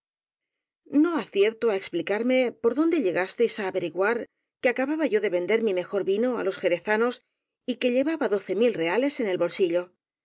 continuó no acierto á explicarme por dónde llegasteis á averiguar que acababa yo de vender mi mejor vino á los jerezanos y que llevaba reales en el bolsillo